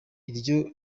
iryo